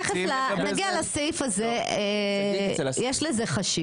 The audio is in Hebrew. תיכף נגיע לסעיף הזה, יש לזה חשיבות.